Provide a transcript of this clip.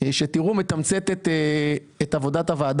להיות תחרות על עמלות המרה,